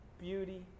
beauty